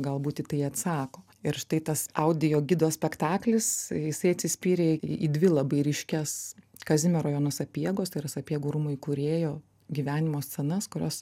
galbūt tiktai atsako ir štai tas audio gido spektaklis jisai atsispyrė į dvi labai ryškias kazimiero jono sapiegos tai yra sapiegų rūmų įkūrėjo gyvenimo scenas kurios